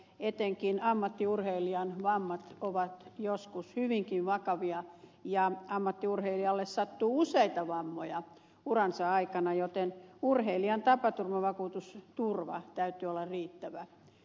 etenkin ammattiurheilijan vammat ovat joskus hyvinkin vakavia ja ammattiurheilijalle sattuu useita vammoja uransa aikana joten urheilijan tapaturmavakuutusturvan täytyy olla riittävä